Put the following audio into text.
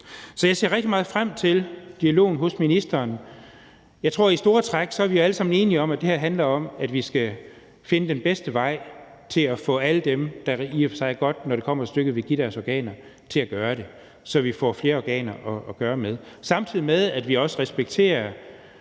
Så jeg ser rigtig meget frem til dialogen hos ministeren. Jeg tror, at vi alle sammen i store træk er enige om, at det her handler om, at vi skal finde den bedste vej til at få alle dem, der, når det kommer til stykket, i og for sig godt vil donere deres organer, til at gøre det, så vi får flere organer at gøre med, samtidig med at vi også respekterer